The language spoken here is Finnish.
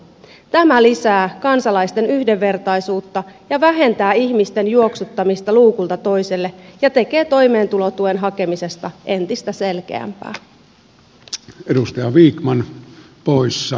tämä lisää kansalaisten yhdenvertaisuutta ja vähentää ihmisten juoksuttamista luukulta toiselle ja tekee toimeentulotuen hakemisesta entistä selkeämpää